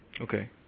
Okay